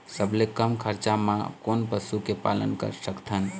सबले कम खरचा मा कोन पशु के पालन कर सकथन?